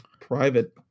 private